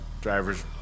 drivers